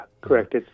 correct